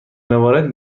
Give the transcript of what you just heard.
موارد